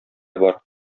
бар